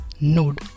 node